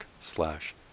slash